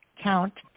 count